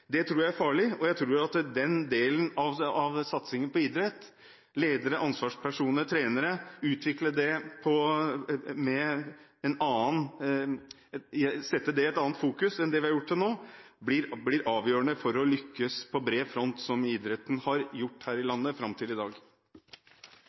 tror jeg er farlig. Jeg tror at den delen av satsingen på idretten – ledere, ansvarspersoner, trenere – og å sette det i et annet fokus enn det vi har gjort til nå, blir avgjørende for om vi vil lykkes på bred front, noe idretten har gjort her i